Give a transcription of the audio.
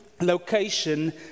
location